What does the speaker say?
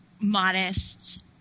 modest